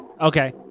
okay